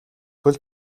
хөл